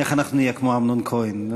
איך אנחנו נהיה כמו אמנון כהן?